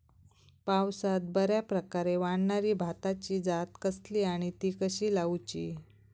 पावसात बऱ्याप्रकारे वाढणारी भाताची जात कसली आणि ती कशी लाऊची?